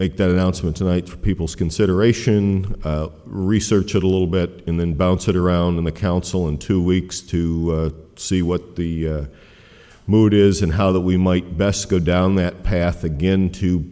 make that announcement tonight for people's consideration research it a little bit in then bounce it around the council in two weeks to see what the mood is and how that we might best go down that path again to